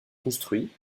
construits